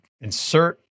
insert